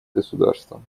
государства